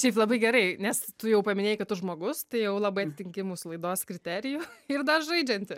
šiaip labai gerai nes tu jau paminėjai kad tu žmogus tai jau labai atitinki mūsų laidos kriterijų ir dar žaidžianti